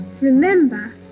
remember